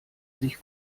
sich